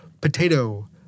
potato